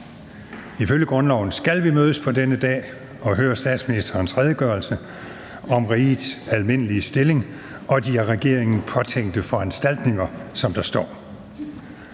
Ifølge grundloven skal vi mødes på denne dag og høre statsministerens redegørelse om »rigets almindelige stilling og de af regeringen påtænkte foranstaltninger«, som der står.